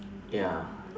ya